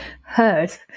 heard